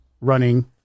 running